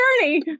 journey